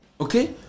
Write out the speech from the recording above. Okay